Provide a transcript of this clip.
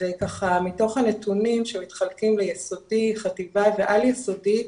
ומתוך הנתונים שמתחלקים ליסודי, חטיבה ועל יסודי,